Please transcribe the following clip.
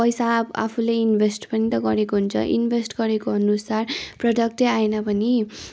पैसा आफूले इनभेस्ट पनि त गरेको हुन्छ इन्भेस्ट गरेको अनुसार प्रोडक्टै आएन भने